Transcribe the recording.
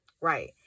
right